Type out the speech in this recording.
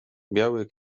biały